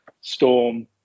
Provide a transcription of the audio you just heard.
Storm